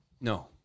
No